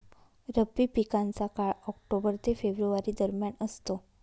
रब्बी पिकांचा काळ ऑक्टोबर ते फेब्रुवारी दरम्यान असतो